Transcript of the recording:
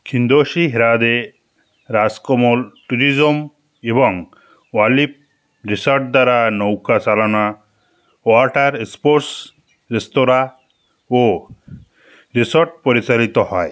খিন্দসি হ্রদে রাজকমল ট্যুরিজম এবং olive resort দ্বারা নৌকা চালনা ওয়াটার স্পোর্টস রেস্তোরাঁ ও রিসর্ট পরিচালিত হয়